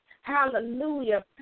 Hallelujah